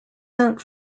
sent